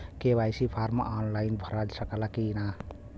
KYC form online भरा सकला की ना?